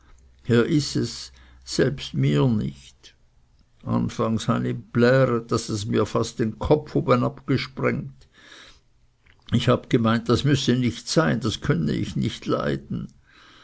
herr ises selbst mir nicht anfangs han ih pläret daß es mir den kopf fast obenabgesprengt ich habe gemeint das müsse nicht sein das könne ich nicht leiden